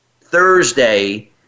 Thursday